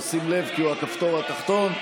תשים לב, כי הוא הכפתור התחתון.